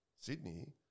Sydney